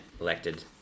elected